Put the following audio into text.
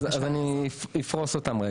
אני אפרוש אותם.